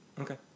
okay